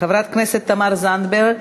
חברת הכנסת תמר זנדברג,